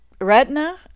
retina